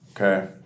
okay